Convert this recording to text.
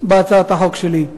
בהצעת החוק שלי.